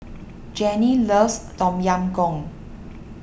Jannie loves Tom Yam Goong